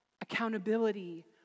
accountability